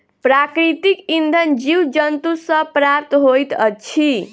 प्राकृतिक इंधन जीव जन्तु सॅ प्राप्त होइत अछि